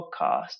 Podcast